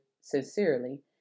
sincerely